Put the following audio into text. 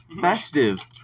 Festive